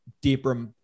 deeper